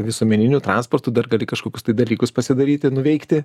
visuomeniniu transportu dar gali kažkokius tai dalykus pasidaryti nuveikti